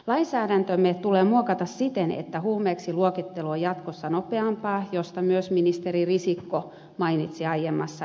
lainsäädäntömme tulee muokata siten että huumeeksi luokittelu on jatkossa nopeampaa mistä myös ministeri risikko mainitsi aiemmassa esittelypuheenvuorossaan